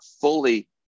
fully